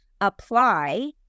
apply